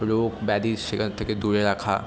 রোগ ব্যাধি সেখান থেকে দূরে রাখা